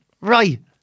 Right